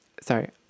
sorry